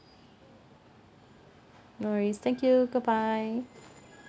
no worries thank you goodbye